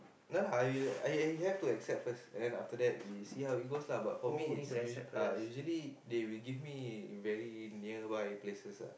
not not I I have to accept first and then after that we see how it goes but for me is usually is usually they will give me very nearby places ah